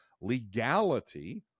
legality